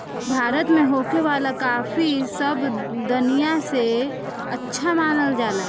भारत में होखे वाला काफी सब दनिया से अच्छा मानल जाला